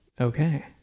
Okay